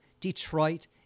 detroit